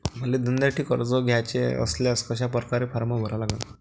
मले धंद्यासाठी कर्ज घ्याचे असल्यास कशा परकारे फारम भरा लागन?